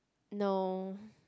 no